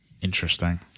Interesting